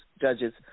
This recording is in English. judges